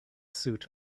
suit